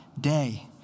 day